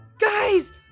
Guys